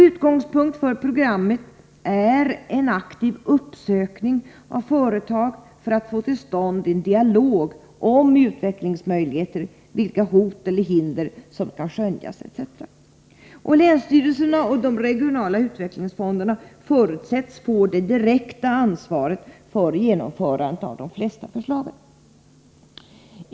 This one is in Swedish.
Utgångspunkt för programmet är en aktiv uppsökning av företag för att få till stånd en dialog om utvecklingsmöjligheterna, vilka hot eller hinder som kan skönjas etc. Länsstyrelserna och de regionala utvecklingsfonderna förutsätts få det direkta ansvaret för genomförande av de flesta förslagen.